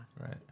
Right